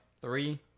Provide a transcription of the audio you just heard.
Three